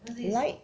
light